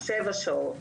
שבע שעות.